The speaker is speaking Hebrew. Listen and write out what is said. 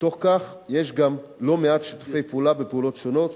מתוך כך יש גם לא מעט שיתופי פעולה בפעולות שונות,